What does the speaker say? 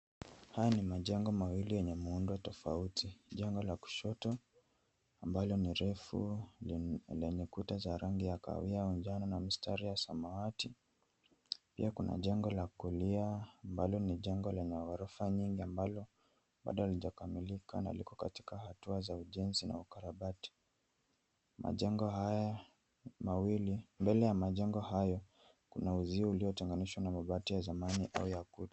Haya ni majengo mawili yenye muundo tofauti. Jengo la kushoto ambalo ni refu lenye kuta za rangi ya kahawia au njano na mistari ya samawati. Pia kuna jengo la kulia ambalo ni jengo lenye ghorofa nyingi ambalo bado halijakamilika na liko katika hatua za ujenzi na ukarabati. Mbele ya majengo hayo kuna uzio unaotenganishwa na mabati ya zamani au ya kutu.